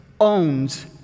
owns